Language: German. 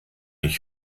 ich